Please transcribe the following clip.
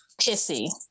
Pissy